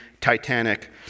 Titanic